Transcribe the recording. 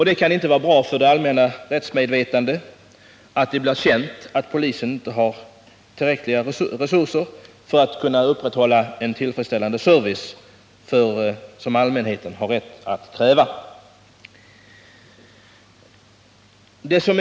Det kan inte vara bra för det allmänna rättsmedvetandet att det blir känt att polisen inte har tillräckliga resurser att upprätthålla en tillfredsställande service som ju allmänheten har rätt att kräva.